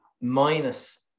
minus